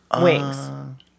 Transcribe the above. Wings